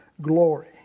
glory